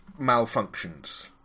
malfunctions